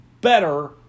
better